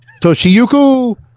Toshiyuku